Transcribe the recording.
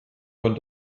von